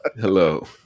hello